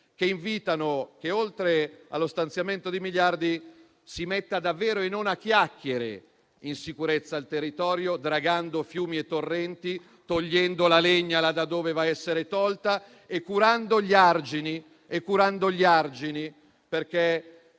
che chiedono che oltre allo stanziamento di risorse si metta davvero, e non a chiacchiere, in sicurezza il territorio, dragando fiumi e torrenti, togliendo la legna da dove essere tolta e curando gli argini, perché